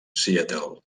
seattle